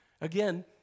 Again